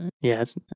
yes